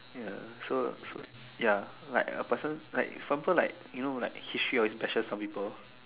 ya so so ya like a person like example like you know like history only matches some people